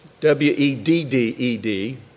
W-E-D-D-E-D